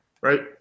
Right